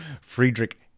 Friedrich